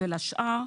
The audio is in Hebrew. ולשאר,